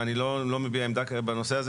ואני לא מביע עמדה בנושא הזה,